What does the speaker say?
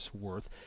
worth